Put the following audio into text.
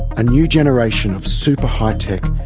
a new generation of super high-tech,